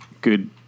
good